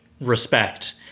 respect